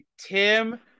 tim